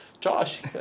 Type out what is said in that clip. Josh